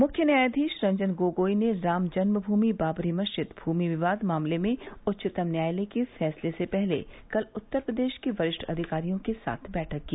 मुख्य न्यायाधीश रंजन गोगोई ने राम जन्मभूमि बाबरी मस्जिद भूमि विवाद मामले में उच्चतम न्यायालय के फैसले से पहले कल उत्तर प्रदेश के वरिष्ठ अधिकारियों के साथ बैठक की